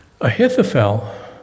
Ahithophel